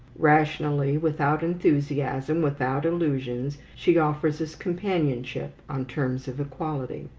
rationally, without enthusiasm, without illusions, she offers us companionship on terms of equality.